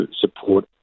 support